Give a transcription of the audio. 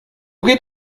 geht